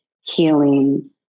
healing